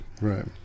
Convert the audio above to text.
right